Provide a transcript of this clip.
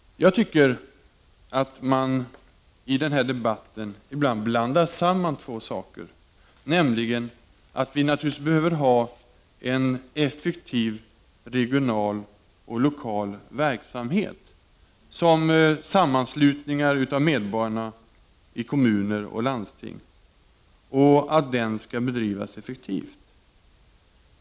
Jag tycker att man i den här debatten ibland blandar samman två saker. Vi behöver naturligtvis ha en effektiv regional och lokal verksamhet, såsom sammanslutningar av medborgarna i kommuner och landsting. Dessa skall naturligtvis bedrivas effektivt.